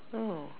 oh